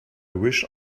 wish